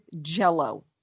jello